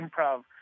improv